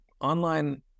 online